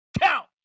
count